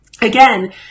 Again